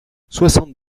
soixante